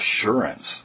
assurance